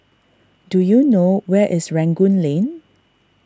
do you know where is Rangoon Lane